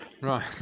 Right